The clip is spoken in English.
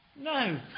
no